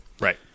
Right